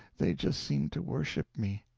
they just seemed to worship me.